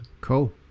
Cool